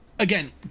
Again